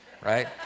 right